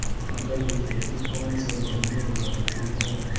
मटर की खेती कौन से महीने में होती है?